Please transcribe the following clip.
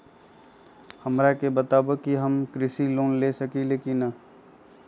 हमरा के बताव कि हम कृषि लोन ले सकेली की न?